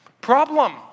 problem